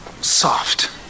soft